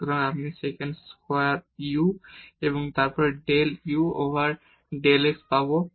সুতরাং আমরা second square u এবং তারপর del u over del x পাবো